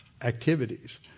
activities